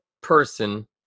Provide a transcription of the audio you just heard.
person